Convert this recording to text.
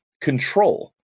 Control